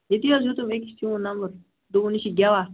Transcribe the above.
ییٚتی حظ ہیٚوتُم أکِس چون نمبر دوٚپُن یہِ چھِ گٮ۪وَان